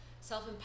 self